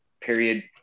period